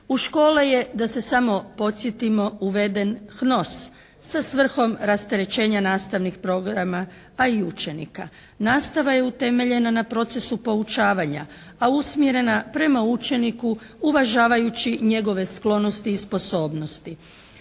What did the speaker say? U škole je da se samo podsjetimo uveden HNOS sa svrhom rasterećenja nastavnih programa, pa i učenika. Nastava je utemeljena na procesu poučavanja, a usmjerena prema učeniku uvažavajući njegove sklonosti i sposobnosti.